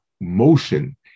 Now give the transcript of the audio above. motion